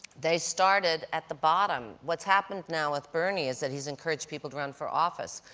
they started at the bottom. what's happened now with bernie is that he's encouraged people to run for office.